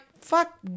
fuck